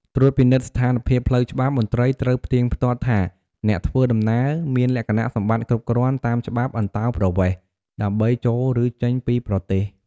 ត្រួតពិនិត្យស្ថានភាពផ្លូវច្បាប់ មន្ត្រីត្រូវផ្ទៀងផ្ទាត់ថាអ្នកធ្វើដំណើរមានលក្ខណៈសម្បត្តិគ្រប់គ្រាន់តាមច្បាប់អន្តោប្រវេសន៍ដើម្បីចូល ឬចេញពីប្រទេស។